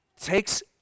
takes